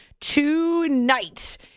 tonight